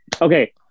okay